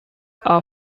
are